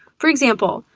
for example,